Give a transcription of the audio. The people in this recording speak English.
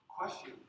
question